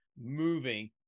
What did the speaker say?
moving